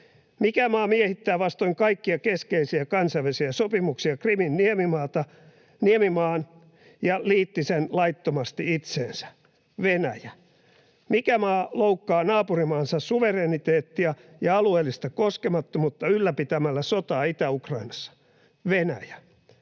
Mikä maa miehitti vastoin kaikkia keskeisiä kansainvälisiä sopimuksia Krimin niemimaan ja liitti sen laittomasti itseensä? Venäjä. Mikä maa loukkaa naapurimaansa suvereniteettia ja alueellista koskemattomuutta ylläpitämällä sotaa Itä-Ukrainassa? Venäjä.